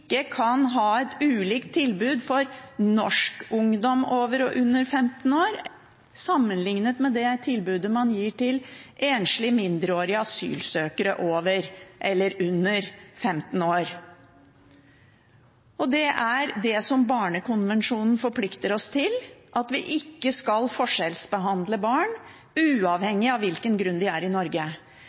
ikke kan ha et ulikt tilbud for norsk ungdom over og under 15 år, sammenlignet med det tilbudet man gir til enslige mindreårige asylsøkere over eller under 15 år. Det er det barnekonvensjonen forplikter oss til – at vi ikke skal forskjellsbehandle barn, uavhengig av hvilken grunn de har til å være i Norge.